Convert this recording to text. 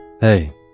Hey